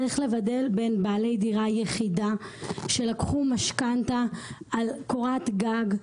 צריך לבדל בין בעלי דירה יחידה שלקחו משכנתה על קורת גג,